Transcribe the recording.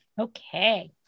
Okay